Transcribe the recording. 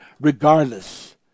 regardless